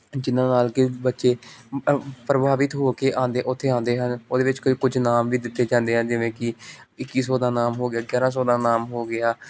ਜਿਹਨਾਂ ਨਾਲ ਕਿ ਬੱਚੇ ਪ੍ਰਭਾਵਿਤ ਹੋ ਕੇ ਆਉਂਦੇ ਉੱਥੇ ਆਉਂਦੇ ਹਨ ਉਹਦੇ ਵਿੱਚ ਕੋਈ ਕੁਝ ਇਨਾਮ ਵੀ ਦਿੱਤੇ ਜਾਂਦੇ ਆ ਜਿਵੇਂ ਕਿ ਇੱਕੀ ਸੌ ਦਾ ਇਨਾਮ ਹੋ ਗਿਆ ਗਿਆਰ੍ਹਾਂ ਸੌ ਦਾ ਇਨਾਮ ਹੋ ਗਿਆ